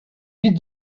beat